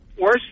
Worse